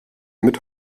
mit